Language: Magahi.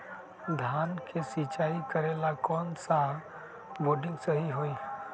धान के सिचाई करे ला कौन सा बोर्डिंग सही होई?